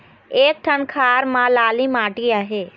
एक ठन खार म लाली माटी आहे?